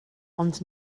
ond